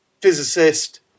physicist